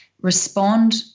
respond